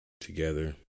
together